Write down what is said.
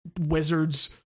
wizards